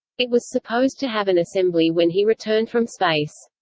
it was supposed to have an assembly when he returned from space.